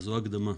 זו ההקדמה.